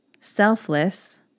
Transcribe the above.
selfless